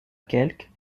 quelque